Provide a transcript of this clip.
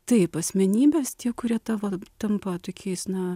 taip asmenybės tie kurie tavo tampa tokiais na